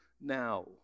now